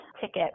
ticket